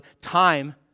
time